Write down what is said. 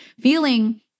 feeling